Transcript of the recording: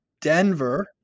Denver